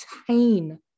obtain